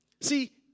See